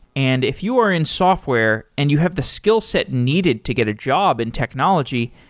and if you were in software and you have the skillset needed to get a job in technology,